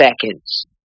seconds